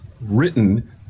written